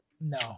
No